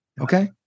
Okay